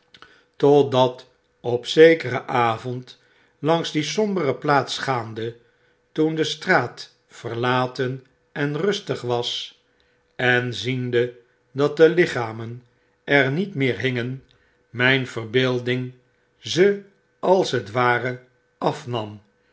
totdat op zekeren avond langs die sombere plaats gaande toen de straat verlaten en rustig was en ziende dat de lichamen er niet meer hingen myn verbeelding ze als het ware afnam